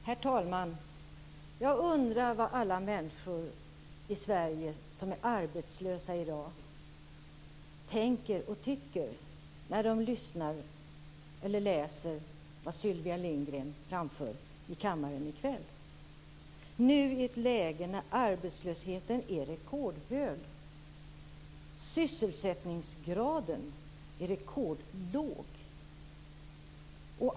Herr talman! Jag undrar vad alla arbetslösa människor i Sverige i dag tänker och tycker när de lyssnar till eller läser vad Sylvia Lindgren framför i kammaren i kväll i ett läge då arbetslösheten är rekordhög och sysselsättningsgraden är rekordlåg.